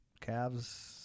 Cavs